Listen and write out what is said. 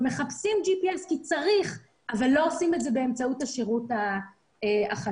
מחפשים ג'י-פי-אס אבל לא עושים את זה באמצעות השירות החשאי.